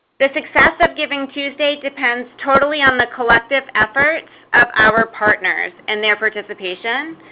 the success of givingtuesday depends totally on the collective efforts of our partners and their participation.